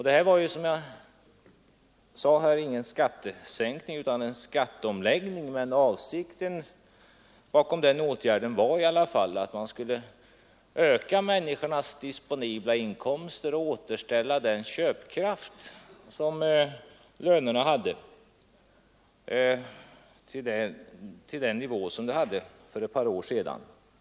Detta var ingen skattesänkning utan som sagt en skatteomläggning, men avsikten bakom den åtgärden var i alla fall att man skulle öka människornas disponibla inkomster och återställa köpkraften hos lönerna till den nivå som de hade för ett par år sedan.